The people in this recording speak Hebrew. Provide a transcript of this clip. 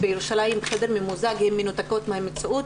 בירושלים בחדר ממוזג מנותקות מהמציאות.